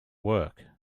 work